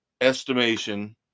estimation